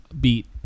beat